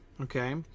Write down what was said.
okay